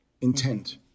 intent